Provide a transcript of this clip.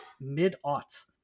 mid-aughts